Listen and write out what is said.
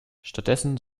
stattdessen